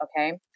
Okay